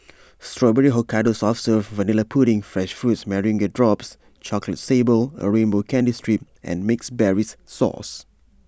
Strawberry Hokkaido soft serve Vanilla pudding fresh fruits meringue drops chocolate sable A rainbow candy strip and mixed berries sauce